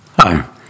Hi